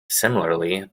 similarly